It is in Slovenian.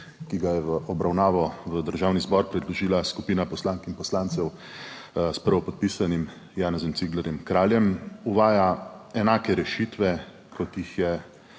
ki ga je v obravnavo Državnemu zboru predložila skupina poslank in poslancev s prvopodpisanim Janezom Ciglerjem Kraljem, uvaja enake rešitve, kot jih je